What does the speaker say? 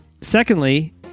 secondly